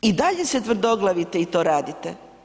I dalje ste tvrdoglavi i to radite.